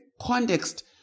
context